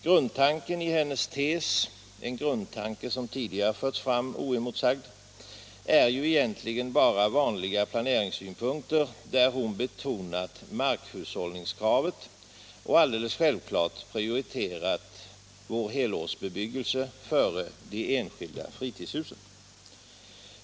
Grundtanken i hennes tes — en grundtanke som tidigare har förts fram oemotsagd — är ju egentligen bara vanliga planeringssynpunkter, där hon har betonat markhushållningskravet och alldeles självklart prioriterat vår helårsbebyggelse före de enskilda fritidshusen.